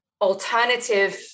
alternative